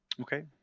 Okay